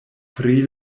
pri